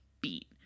beat